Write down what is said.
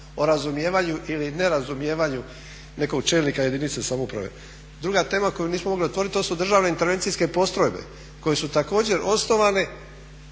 o razumijevanju ili nerazumijevanju nekog čelnika jedinice samouprave. Druga tema koju nismo mogli otvoriti to su državne intervencijske postrojbe koje su također osnovane.